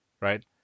right